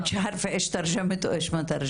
אמרתי את זה למשטרה אלף פעמים את זה.